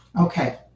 Okay